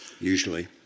usually